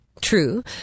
True